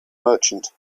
merchant